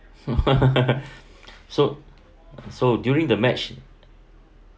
so so during the match